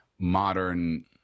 modern